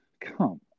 come